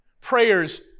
Prayers